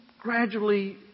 gradually